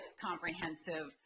comprehensive